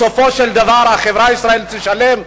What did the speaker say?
בסופו של דבר החברה הישראלית תשלם.